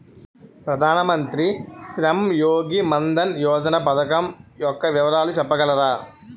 ప్రధాన మంత్రి శ్రమ్ యోగి మన్ధన్ యోజన పథకం యెక్క వివరాలు చెప్పగలరా?